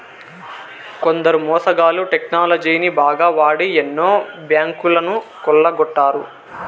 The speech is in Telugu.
కొందరు మోసగాళ్ళు టెక్నాలజీని బాగా వాడి ఎన్నో బ్యాంకులను కొల్లగొట్టారు